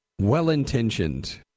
Well-intentioned